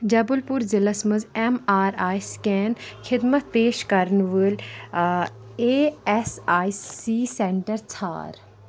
جَبَل پوٗر ضِلَس منٛز اٮ۪م آر آی سٕکین خِدمت پیش کَرَن وٲلۍ E S I C centre ژھار